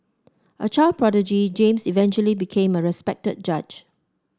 a child prodigy James eventually became a respected judge